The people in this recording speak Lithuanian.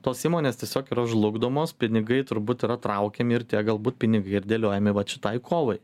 tos įmonės tiesiog yra žlugdomos pinigai turbūt yra traukiami ir tie galbūt pinigai ir dėliojami vat šitai kovai